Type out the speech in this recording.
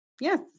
Yes